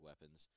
weapons